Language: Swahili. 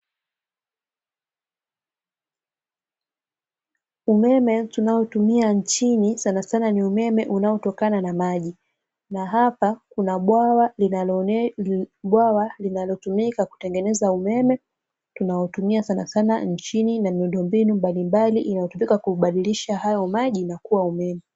Umeme tunaotumia nchini sanasana ni umeme unaotokana na maji. Na hapa kuna bwawa linalotumika kutengeneza umeme tunaotumia sanasana nchini na miundombinu mbalimbali inayotumika kubadilisha hayo maji na kuwa umeme.